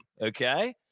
okay